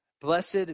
Blessed